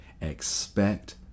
Expect